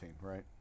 right